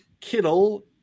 Kittle